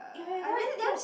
eh wait wait do i no